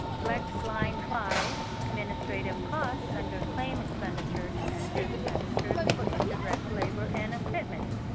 select line five administrative cost under claim expenditures to enter expenditures for indirect labor and equipment.